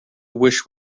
wish